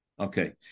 okay